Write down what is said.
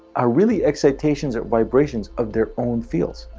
are really excitations or vibrations of their own fields.